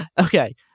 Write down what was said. Okay